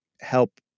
help